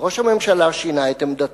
וראש הממשלה שינה את עמדתו.